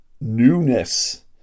newness